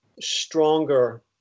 stronger